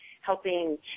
helping